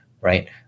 right